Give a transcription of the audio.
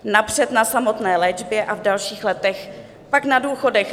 Napřed na samotné léčbě a v dalších letech pak na důchodech